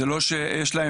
זה לא שיש להם